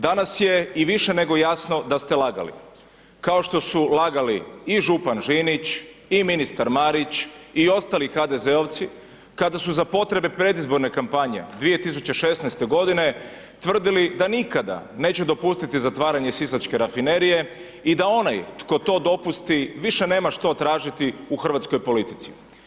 Danas je i više nego jasno da ste lagali, kao što su lagali i župan Žinić i ministar Marić i ostali HDZ-ovci kada su za potrebe predizborne kampanje 2016. g. tvrdili da nikada neće dopustiti zatvaranje sisačke rafinerije i da onaj tko to dopusti, više nema što tražiti u hrvatskoj politici.